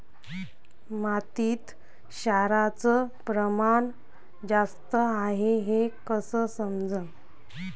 मातीत क्षाराचं प्रमान जास्त हाये हे कस समजन?